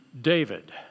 David